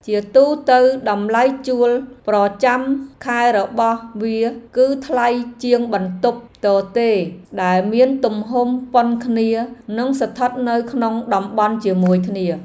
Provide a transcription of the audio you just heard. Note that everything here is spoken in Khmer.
ជាទូទៅតម្លៃជួលប្រចាំខែរបស់វាគឺថ្លៃជាងបន្ទប់ទទេរដែលមានទំហំប៉ុនគ្នានិងស្ថិតនៅក្នុងតំបន់ជាមួយគ្នា។